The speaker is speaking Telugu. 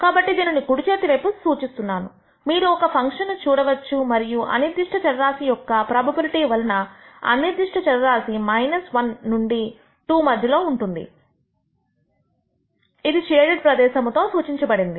కాబట్టి దీనిని కుడి చేతి వైపు సూచిస్తున్నాను మీరు ఒక ఫంక్షన్ ను చూడవచ్చు మరియు అనిర్దిష్ట చరరాశి యొక్క ప్రోబబిలిటీ వలన అనిర్దిష్ట చరరాశి 1 నుండి 2 మధ్యలో ఉంటుంది ఇది షేడెడ్ ప్రదేశము తో సూచించబడింది